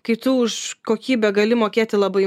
kai tu už kokybę gali mokėti labai